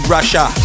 Russia